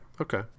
okay